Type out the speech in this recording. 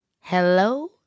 Hello